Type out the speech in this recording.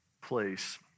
place